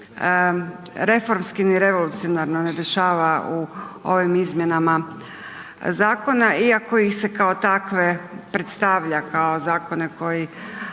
reformski, ni revolucionarno ne dešava u ovim izmjenama zakona iako ih se kao takve predstavlja kao zakone koji